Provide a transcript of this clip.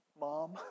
Mom